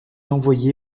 envoyé